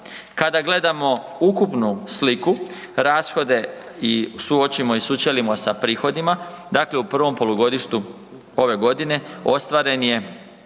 Kada gledamo ukupnu sliku rashode i suočimo i sučelimo sa prihodima, u prvom polugodištu ove godine ostvaren je